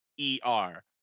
e-r